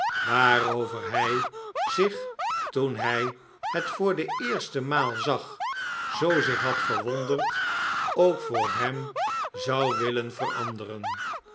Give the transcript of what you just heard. waarover hij zich toen hij het voor de eerste maal zag zoozeer had verwonderd ook voor hem zou willen veranderen